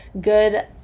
good